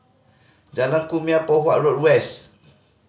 Jalan Kumia Poh Huat Road West